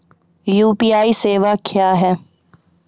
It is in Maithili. यु.पी.आई सेवा क्या हैं?